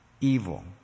evil